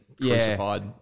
crucified